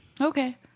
Okay